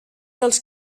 dels